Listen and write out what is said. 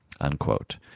unquote